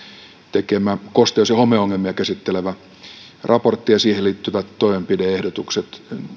tekemä kosteus ja homeongelmia käsittelevä raportti ja siihen liittyvät toimenpide ehdotukset